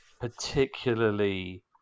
Particularly